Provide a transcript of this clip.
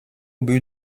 but